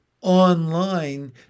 online